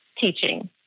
teaching